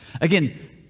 Again